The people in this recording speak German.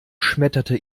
schmetterte